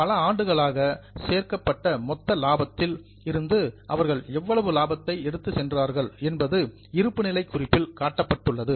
பல ஆண்டுகளாக சேர்க்கப்பட்ட மொத்த லாபத்தில் இருந்து அவர்கள் எவ்வளவு லாபத்தை எடுத்துச் சென்றார்கள் என்பது இருப்புநிலை குறிப்பில் காட்டப்பட்டுள்ளது